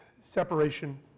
Separation